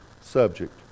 subject